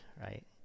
right